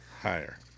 Higher